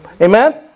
Amen